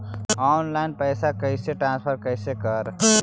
Online पैसा कैसे transfer कैसे कर?